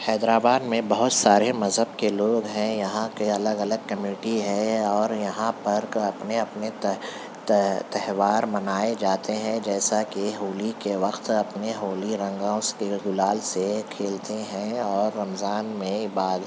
حیدرآباد میں بہت سارے مذہب کے لوگ ہیں یہاں کے الگ الگ کمیونیٹی ہے اور یہاں پر اپنے اپنے تہوار منائے جاتے ہیں جیسا کہ ہولی کے وقت اپنے ہولی رنگ اس کے گلال سے کھیلتے ہیں اور رمضان میں عبا